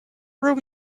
room